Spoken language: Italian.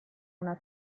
una